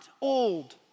old